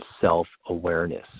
self-awareness